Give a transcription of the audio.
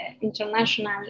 international